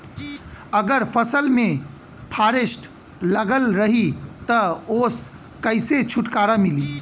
अगर फसल में फारेस्ट लगल रही त ओस कइसे छूटकारा मिली?